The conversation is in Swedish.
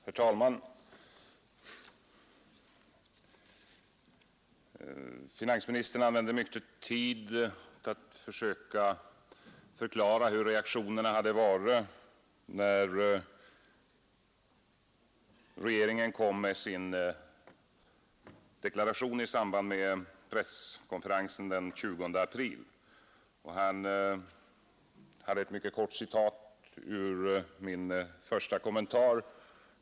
Herr talman! Finansministern använde lång tid för att försöka förklara hur reaktionerna hade varit när regeringen kom med sin deklaration i samband med presskonferensen den 20 april, och han hade ett mycket kort citat ur min första kommentar.